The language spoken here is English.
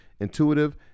intuitive